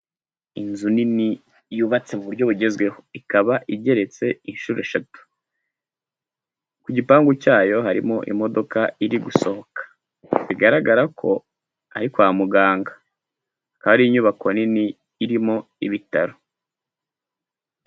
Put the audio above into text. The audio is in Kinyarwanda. Inzu nini yubatse mu buryo bugezweho ikaba igeretse inshuro eshatu, ku gipangu cyayo harimo imodoka iri gusohoka bigaragara ko ari kwa muganga hari inyubako nini irimo ibitaro.